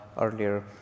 earlier